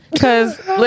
Cause